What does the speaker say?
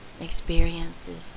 experiences